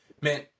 man